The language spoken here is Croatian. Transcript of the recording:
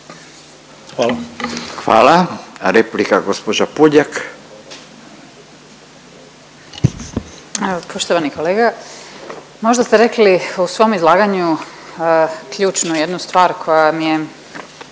Marijana (Centar)** Evo poštovani kolega, možda ste rekli u svom izlaganju ključnu jednu stvar koja mi je